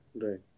Right